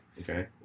Okay